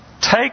Take